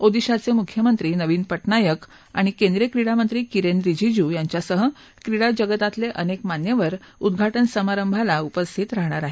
ओदिशाचे मुख्यमंत्री नवीन पटनायक आणि केंद्रीय क्रीडामंत्री किरेन रिजीजू यांच्यासह क्रीडा जगतातले अनेक मान्यवर उद्घाटन समारंभाला उपस्थित राहणार आहेत